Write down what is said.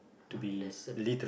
one lesson